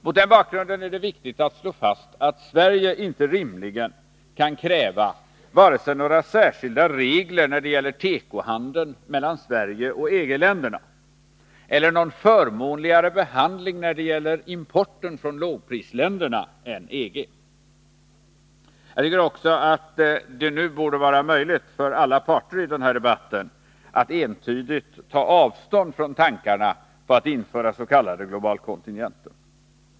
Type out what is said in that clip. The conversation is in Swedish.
Mot den bakgrunden är det viktigt att slå fast att Sverige inte rimligen kan kräva vare sig några särskilda regler när det gäller tekohandeln mellan Sverige och EG-länderna eller någon förmånligare behandling när det gäller importen från lågprisländerna än EG. Jag tycker också att det nu borde vara möjligt för alla parter i den här debatten att entydigt ta avstånd från tankarna på att införa s.k. globalkontingenter.